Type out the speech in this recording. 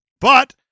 But-